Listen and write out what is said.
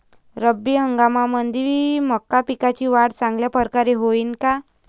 रब्बी हंगामामंदी मका पिकाची वाढ चांगल्या परकारे होईन का?